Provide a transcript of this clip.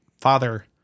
father